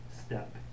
step